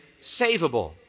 savable